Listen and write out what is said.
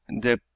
de